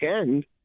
end